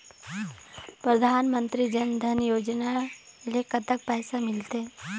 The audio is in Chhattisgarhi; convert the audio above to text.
परधानमंतरी जन धन योजना ले कतक पैसा मिल थे?